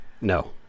No